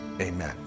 amen